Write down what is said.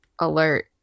alert